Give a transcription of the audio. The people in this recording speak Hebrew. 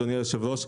אדוני היושב-ראש,